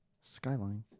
skyline